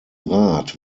rat